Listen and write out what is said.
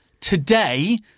today